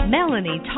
Melanie